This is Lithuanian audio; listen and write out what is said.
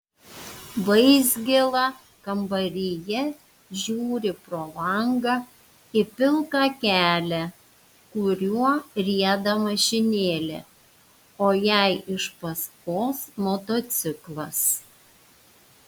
vaizgėla kambaryje žiūri pro langą į pilką kelią kuriuo rieda mašinėlė o jai iš paskos motociklas